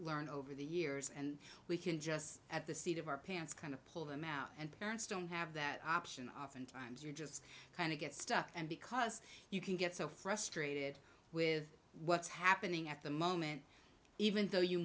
learned over the years and we can just at the seat of our pants kind of pull them out and parents don't have that option oftentimes you just kind of get stuck and because you can get so frustrated with what's happening at the moment even though you